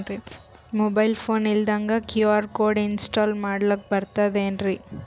Mobile phone ಇಲ್ದಂಗ QR code install ಮಾಡ್ಲಕ ಬರ್ತದೇನ್ರಿ?